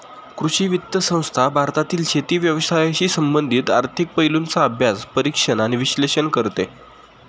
कृषी वित्त संस्था भारतातील शेती व्यवसायाशी संबंधित आर्थिक पैलूंचा अभ्यास, परीक्षण आणि विश्लेषण करते